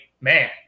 man